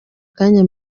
kanya